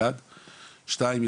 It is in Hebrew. שתיים,